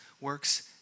works